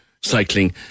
cycling